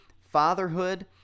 fatherhood